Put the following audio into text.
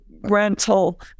rental